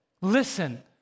listen